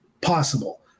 Possible